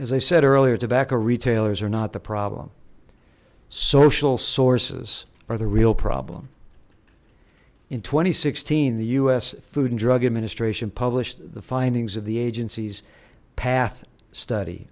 as i said earlier tobacco retailers are not the problem social sources are the real problem in two thousand and sixteen the us food and drug administration published the findings of the agency's path study